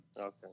Okay